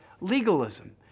legalism